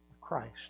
Christ